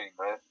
man